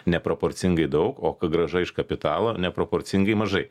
neproporcingai daug o grąža iš kapitalo neproporcingai mažai